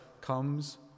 comes